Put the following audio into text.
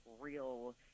real